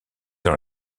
dans